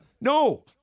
No